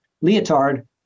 leotard